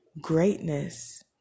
Greatness